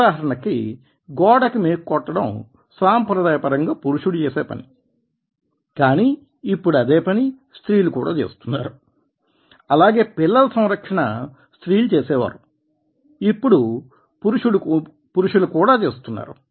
ఉదాహరణకి గోడ కి మేకు కొట్టడం సాంప్రదాయ పరంగా పురుషుడు చేసే పని కానీ ఇప్పుడు అదే పని స్త్రీలు కూడా చేస్తున్నారు అలాగే పిల్లల సంరక్షణ స్త్రీలు చేసేవారు ఇప్పుడు పురుషులు కూడా చేస్తున్నారు